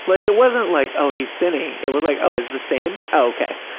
like, it wasn't like, oh, he's sinning. it was like, oh, it's the same? oh, okay. oh,